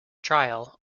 trial